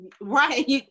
Right